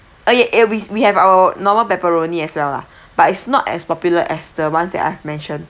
uh y~ yeah we we have our normal pepperoni as well lah but it's not as popular as the ones that I've mentioned